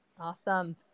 Awesome